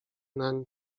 nań